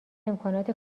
امکانات